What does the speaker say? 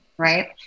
Right